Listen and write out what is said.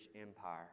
Empire